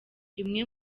imwe